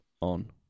on